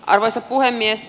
arvoisa puhemies